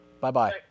Bye-bye